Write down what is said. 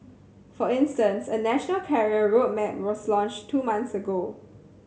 for instance a national career road map was launched two months ago